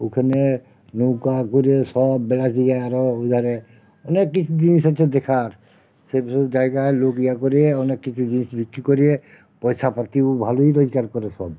ওখানে নৌকা করে সব বেড়াতে যায় আরও ওধারে অনেক কিছু জিনিস আছে দেখার সেগুলো জায়গায় লোক ইয়ে করে অনেক কিছু জিনিস বিক্রি করে পয়সাপাতিও ভালোই রোজগার করে সব